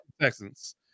Texans